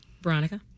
Veronica